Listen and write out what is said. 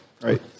right